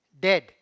dead